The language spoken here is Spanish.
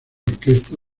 orquesta